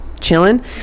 chilling